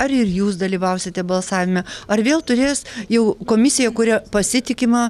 ar ir jūs dalyvausite balsavime ar vėl turės jau komisiją kuria pasitikima